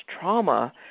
trauma